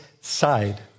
side